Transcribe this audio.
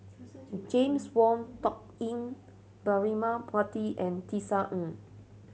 James Wong Tuck Yim Braema Mathi and Tisa Ng